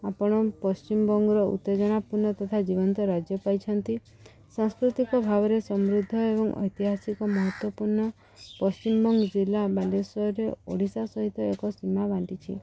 ଆପଣ ପଶ୍ଚିମବଙ୍ଗର ଉତ୍ତେଜନାପୂର୍ଣ୍ଣ ତଥା ଜୀବନ୍ତ ରାଜ୍ୟ ପାଇଛନ୍ତି ସାଂସ୍କୃତିକ ଭାବରେ ସମୃଦ୍ଧ ଏବଂ ଐତିହାସିକ ମହତ୍ତ୍ୱପୂର୍ଣ୍ଣ ପଶ୍ଚିମବଙ୍ଗ ଜିଲ୍ଲା ବାଲେଶ୍ୱରରେ ଓଡ଼ିଶା ସହିତ ଏକ ସୀମା ବାଣ୍ଟିଛି